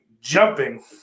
jumping